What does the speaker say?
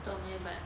不懂 eh but